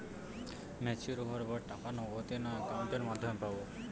Mature হওয়ার পর টাকা নগদে না অ্যাকাউন্টের মাধ্যমে পাবো?